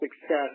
success